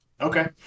Okay